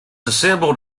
assembled